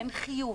אין חיוב.